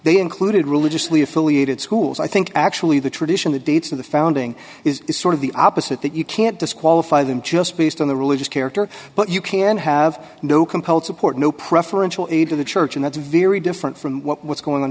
they included religiously affiliated schools i think actually the tradition that dates of the founding is sort of the opposite that you can't disqualify them just based on the religious character but you can have no compulsive port no preferential aid to the church and that's very different from what's going on